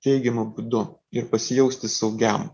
teigiamu būdu ir pasijausti saugiam